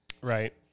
Right